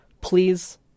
please